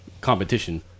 competition